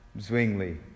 Zwingli